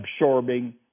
absorbing